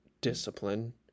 discipline